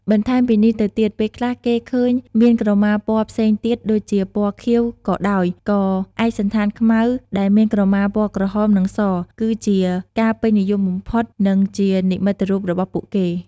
បន្ថែមពីនេះទៅទៀតពេលខ្លះគេឃើញមានក្រមាពណ៌ផ្សេងទៀតដូចជាពណ៌ខៀវក៏ដោយ ក៏ឯកសណ្ឋានខ្មៅដែលមានក្រមាពណ៌ក្រហម និងស គឺជាការពេញនិយមបំផុត និងជានិមិត្តរូបរបស់ពួកគេ។